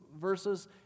verses